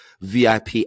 VIP